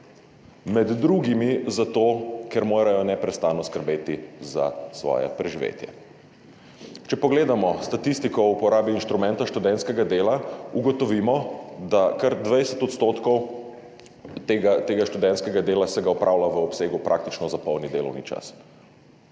Med drugim zato, ker morajo neprestano skrbeti za svoje preživetje. Če pogledamo statistiko o uporabi inštrumenta študentskega dela, ugotovimo, da se kar 20 % tega študentskega dela opravlja v obsegu praktično za polni delovni čas.